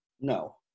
No